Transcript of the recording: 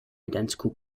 identical